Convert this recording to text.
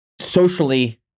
socially